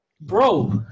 Bro